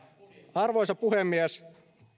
arvoisa puhemies